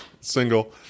Single